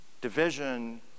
division